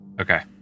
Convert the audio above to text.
Okay